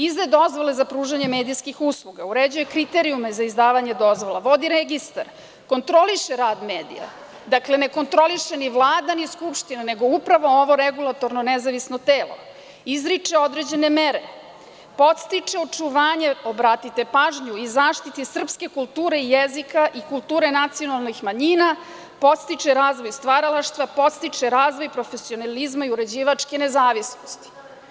Izdaje dozvole za pružanje medijskih usluga, uređuje kriterijume za izdavanje dozvola, vodi registar, kontroliše rad medija, dakle, ne kontroliše ni Vlada ni Skupština nego upravo ovo regulatorno nezavisno telo, izriče određene mere, podstiče očuvanje, obratite pažnju, i zaštitu srpske kulture i jezika i kulture nacionalnih manjina, podstiče razvoj stvaralaštva, podstiče razvoj profesionalizma i uređivačke nezavisnosti.